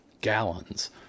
gallons